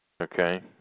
Okay